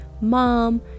mom